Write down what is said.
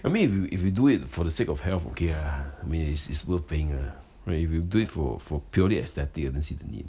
I mean if you if you do it for the sake of health care okay ah I mean is is worth paying ah but if you do it for for purely aesthetic I don't see the need